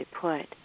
put